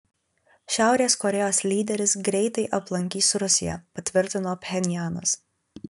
šiaurės korėjos lyderis greitai aplankys rusiją patvirtino pchenjanas